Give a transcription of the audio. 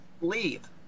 leave